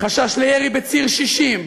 חשש לירי בציר 60,